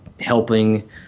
helping